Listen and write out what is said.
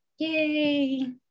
Yay